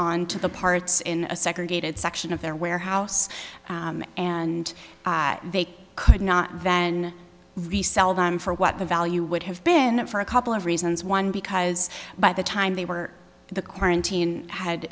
on to the parts in a segregated section of their warehouse and they could not then resell them for what value would have been for a couple of reasons one because by the time they were the